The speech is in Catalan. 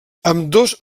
ambdós